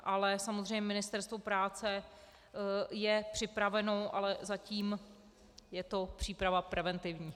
Ale samozřejmě Ministerstvo práce je připraveno, ale zatím je to příprava preventivní.